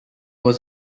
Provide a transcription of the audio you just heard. was